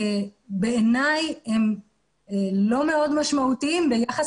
בעיניי הם לא מאוד משמעותיים ביחס